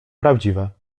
prawdziwe